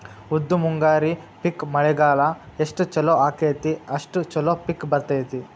ಉದ್ದು ಮುಂಗಾರಿ ಪಿಕ್ ಮಳಿಗಾಲ ಎಷ್ಟ ಚಲೋ ಅಕೈತಿ ಅಷ್ಟ ಚಲೋ ಪಿಕ್ ಬರ್ತೈತಿ